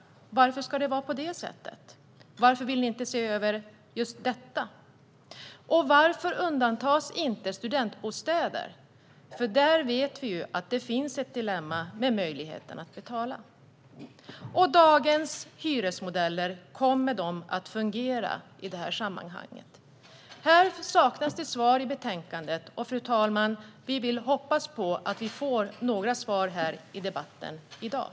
Varför ska det vara på det sättet? Varför vill ni inte se över detta? Varför undantas inte studentbostäder? Där vet vi ju att det finns ett dilemma vad gäller möjligheten att betala. Kommer dagens hyresmodeller att fungera i detta sammanhang? Här saknas det svar i betänkandet, fru talman. Vi hoppas att vi får några svar i dagens debatt.